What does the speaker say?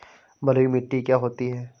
बलुइ मिट्टी क्या होती हैं?